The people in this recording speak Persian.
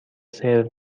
سرو